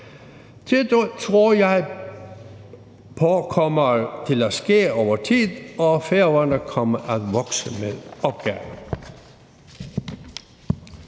Det tror jeg på kommer til at ske over tid, og Færøerne kommer til at vokse med opgaven.